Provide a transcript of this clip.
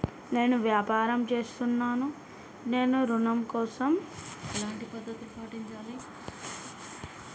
నేను వ్యాపారం చేస్తున్నాను నేను ఋణం కోసం ఎలాంటి పద్దతులు పాటించాలి?